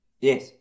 Yes